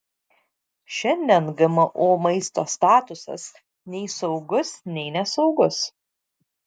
šiandien gmo maisto statusas nei saugus nei nesaugus